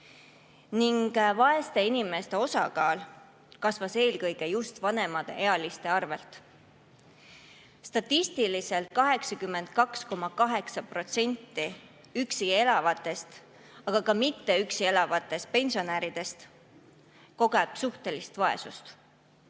Vaeste inimeste osakaal on kasvanud eelkõige just vanemaealiste tõttu. Statistiliselt 82,8% üksi elavatest, aga ka mitte üksi elavatest pensionäridest, kogeb suhtelist vaesust.